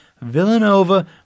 Villanova